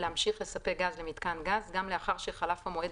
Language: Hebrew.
להמשיך לספק גז למיתקן גז גם לאחר שחלף המועד